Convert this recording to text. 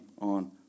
on